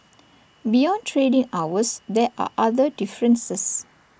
beyond trading hours there are other differences